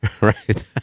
right